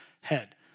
head